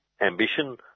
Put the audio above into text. ambition